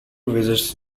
visits